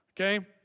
okay